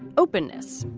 openness.